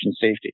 safety